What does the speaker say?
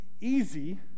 easy